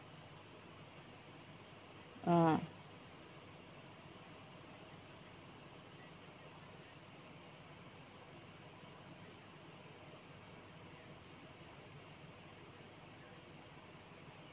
uh